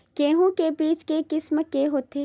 गेहूं के बीज के किसम के होथे?